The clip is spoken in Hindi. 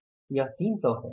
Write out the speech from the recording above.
यह 300 है